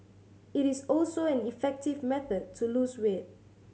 it is also an effective method to lose weight